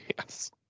Yes